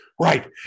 Right